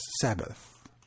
Sabbath